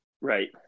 Right